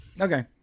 Okay